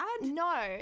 No